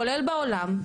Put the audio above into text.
כולל בעולם,